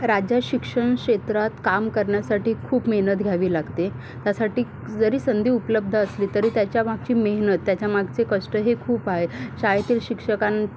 राज्यात शिक्षण क्षेत्रात काम करण्यासाठी खूप मेहनत घ्यावी लागते त्यासाठी जरी संधी उपलब्ध असली तरी त्याच्या मागची मेहनत त्याच्या मागचे कष्ट हे खूप आहे शाळेतील शिक्षकां